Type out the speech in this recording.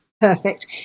perfect